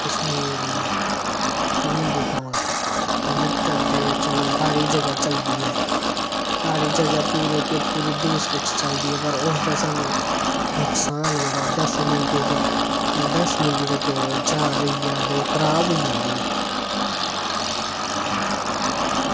कश्मीरी निम्बू कावा लिफ्टन ते चलो हर ही जगह चलदी ऐ हर ही जगह पूरे के पूरे देश बिच चलदी ऐ पर उस दा स्हानू नुक्सान बड़ा ऐ दस्सें मिंटे च दस मिंटें तक ओह् चाह् रेही जा ते ओह् खराब होई जंदी हांजी